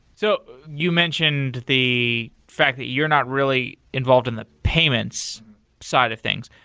so you mentioned the fact that you're not really involved in the payments side of things.